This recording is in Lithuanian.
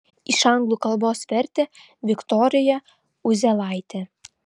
iš anglų kalbos vertė viktorija uzėlaitė